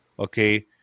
Okay